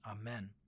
Amen